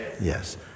Yes